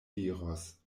diros